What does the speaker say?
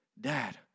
Dad